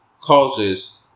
causes